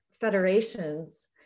federations